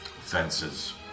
fences